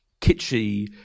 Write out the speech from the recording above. kitschy